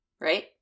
Right